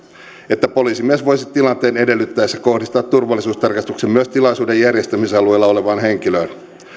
että poliisimies voisi tilanteen edellyttäessä kohdistaa turvallisuustarkastuksen myös tilaisuuden järjestämisalueella olevaan henkilöön